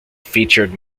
featured